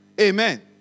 Amen